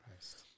Christ